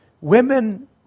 women